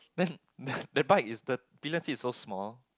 then that bike is the pillion seat is so small